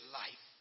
life